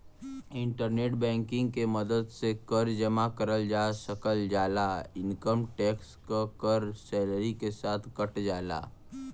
internet banking के मदद से कर जमा करल जा सकल जाला इनकम टैक्स क कर सैलरी के साथ कट जाला